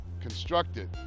constructed